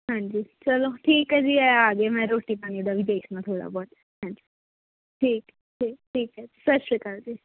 ਹਾਂਜੀ ਚਲੋ ਠੀਕ ਹੈ ਜੀ ਇਹ ਆ ਗਏ ਮੈਂ ਰੋਟੀ ਪਾਣੀ ਦਾ ਵੀ ਦੇਖਣਾ ਥੋੜ੍ਹਾ ਬਹੁਤ ਹਾਂਜੀ ਠੀਕ ਹੈ ਠੀਕ ਹੈ ਸਤਿ ਸ਼੍ਰੀ ਅਕਾਲ ਜੀ